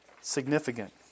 significant